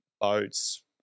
boats